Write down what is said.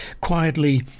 quietly